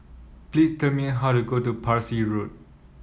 please tell me how to go to Parsi Road